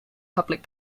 public